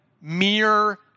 mere